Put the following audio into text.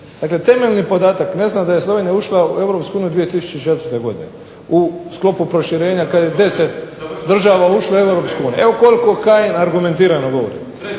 dakle temeljni podatak, ne zna da je Slovenija ušla u Europsku uniju 2004. u sklopu proširenja kada je 10 država ušlo u Europsku uniju, evo koliko Kajin argumentirano govori.